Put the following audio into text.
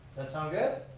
that sound good?